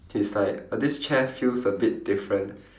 he's like uh this chair feels a bit different